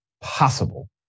possible